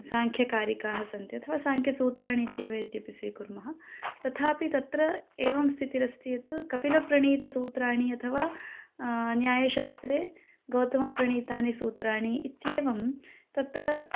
साङ्ख्यकारिकाः सन्ति अथवा साङ्ख्यसूत्राणि इत्येव यद्यपि स्वीकुर्मः तथापि तत्र एवं स्थितिरस्ति यत् कपिलप्रणीतसूत्राणि अथवा न्यायशास्त्रे गौतमप्रणीतानि सूत्राणि इत्येवं तत्र